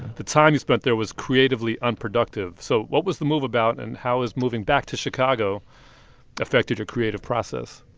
the time you spent there was creatively unproductive. so what was the move about, and how has moving back to chicago affected your creative process?